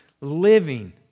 living